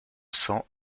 cents